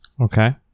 Okay